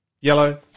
yellow